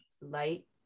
light